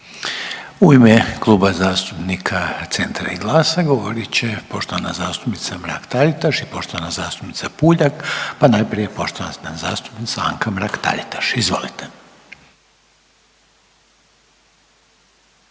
U ime Kluba zastupnika Centra i GLAS-a govorit će poštovana zastupnica Mrak Taritaš i poštovana zastupnica Puljak, pa najprije poštovana zastupnica Anka Mrak Taritaš. Izvolite.